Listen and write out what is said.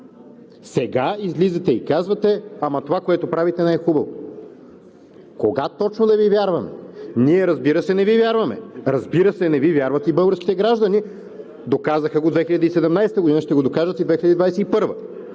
Сега излизате и казвате: ама това, което правите, не е хубаво! Кога точно да Ви вярваме? Ние, разбира се, не Ви вярваме. Разбира се, не Ви вярват и българските граждани – доказаха го през 2017 г., ще го докажат и в 2021 г.